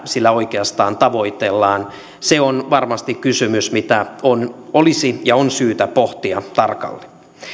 sillä oikeastaan tavoitellaan se on varmasti kysymys mitä olisi ja on syytä pohtia tarkkaan